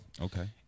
Okay